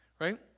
right